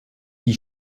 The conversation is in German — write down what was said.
die